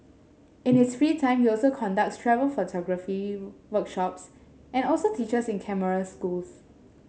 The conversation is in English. in his free time you also conducts travel photography workshops and also teachers in camera schools